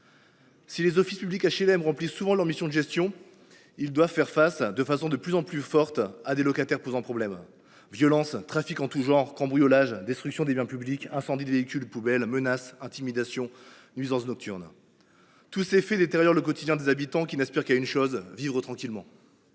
Si les offices publics d’HLM remplissent souvent leur mission de gestion, ils doivent faire face, de façon de plus en plus forte, à des locataires posant problème. Violences, trafics en tout genre, cambriolages, destructions des biens publics, incendies de véhicules et de poubelles, menaces, intimidations, nuisances nocturnes : tous ces faits détériorent le quotidien des habitants qui n’aspirent qu’à vivre tranquillement.